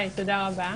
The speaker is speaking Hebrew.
תודה רבה.